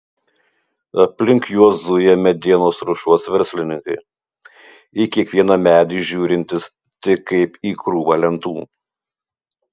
aplink juos zuja medienos ruošos verslininkai į kiekvieną medį žiūrintys tik kaip į krūvą lentų